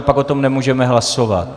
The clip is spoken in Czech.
Pak o tom nemůžeme hlasovat.